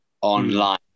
online